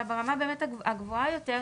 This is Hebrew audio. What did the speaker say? אלא ברמה הגבוהה יותר,